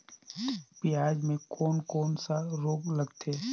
पियाज मे कोन कोन सा रोग लगथे?